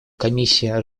комиссии